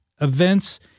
events